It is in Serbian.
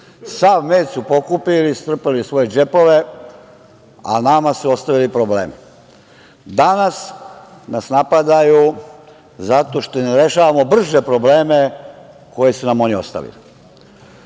Sav med su pokupili, strpali u svoje džepove, a nama su ostavili probleme. Danas nas napadaju zato što rešavamo brže probleme koje su nam oni ostavili.